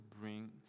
bring